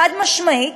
חד-משמעית,